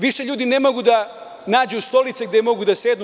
Više ljudi ne mogu da nađu stolice gde mogu da sednu.